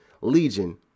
Legion